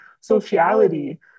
sociality